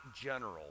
general